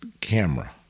camera